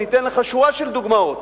אני אתן לך שורה של דוגמאות